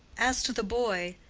as to the boy,